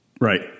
Right